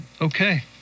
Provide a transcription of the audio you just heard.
okay